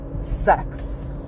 sex